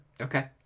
Okay